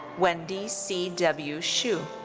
wendy c. w sheu.